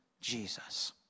Jesus